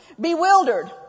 bewildered